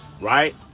right